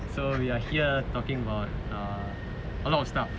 so we are here talking about err a lot of stuff